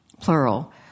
plural